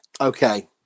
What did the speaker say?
okay